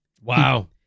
Wow